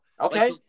okay